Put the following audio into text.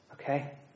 Okay